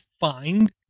find